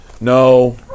No